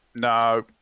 No